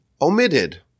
omitted